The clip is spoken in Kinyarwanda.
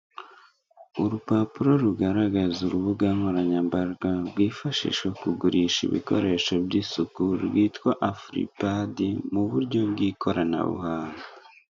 Urupapuro rugaragaza urubuga nkoranyambaga, rwifashisha kugurisha ibikoresho by'isuku rwitwa afuripadi, mu buryo bw'ikoranabuhanga.